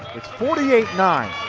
it's forty eight nine,